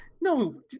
No